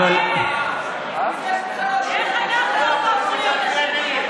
איך אנחנו הפכנו להיות אשמים?